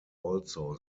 also